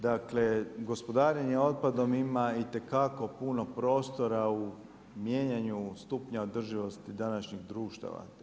Dakle, gospodarenje otpadom ima itekako puno prostora u mijenjanju stupnja održivosti današnjeg društva.